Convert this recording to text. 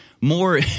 more